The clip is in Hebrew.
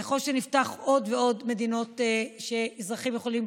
ככל שנפתח עוד ועוד מדינות שאזרחים יכולים